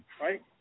right